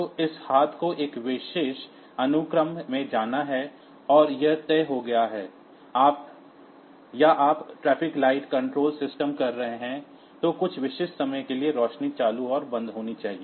तो इस हाथ को एक विशेष अनुक्रम में जाना है और यह तय हो गया है या आप ट्रैफिक लाइट कंट्रोलर सिस्टम कह रहे हैं तो कुछ विशिष्ट समय के लिए रोशनी चालू और बंद होनी चाहिए